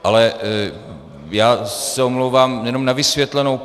Ale já se omlouvám, jenom na vysvětlenou.